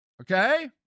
okay